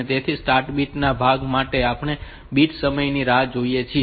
તેથી start beat ના ભાગ માટે પછી આપણે બીટ સમયની રાહ જોઈએ છીએ